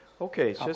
Okay